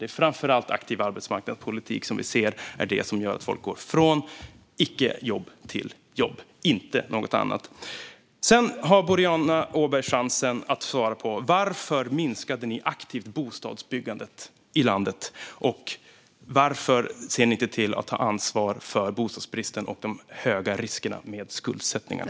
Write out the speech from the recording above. Det är framför allt aktiv arbetsmarknadspolitik som vi ser är det som gör att folk går från icke jobb till jobb, inte något annat. Sedan har Boriana Åberg chansen att svara på varför ni aktivt minskade bostadsbyggandet i landet och varför ni inte tar ansvar för bostadsbristen och de höga riskerna med skuldsättningen.